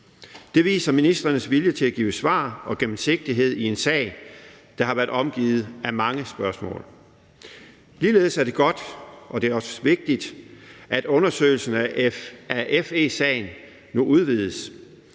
Det viser ministrenes vilje til at give svar og gennemsigtighed i en sag, der har været omgivet af mange spørgsmål. Ligeledes er det godt og vigtigt, at undersøgelsen af FE-sagen nu udvides,